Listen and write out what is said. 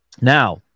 Now